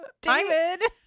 David